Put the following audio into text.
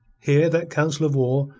here that council of war,